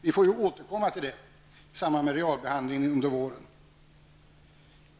Vi får ju återkomma i samband med realbehandlingen under våren.